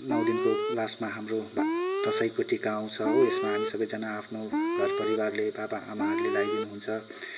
नौ दिनको लास्टमा हाम्रो ब दसैँको टिका आउँछ हो यसमा हामी सबैजना आफ्नो घरपरिवारले पापा आमाहरूले लगाइदिनु हुन्छ